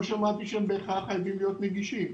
שמעתי שהם בהכרח חייבים להיות נגישים.